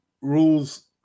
rules